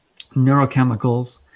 neurochemicals